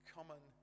Common